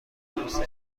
روسری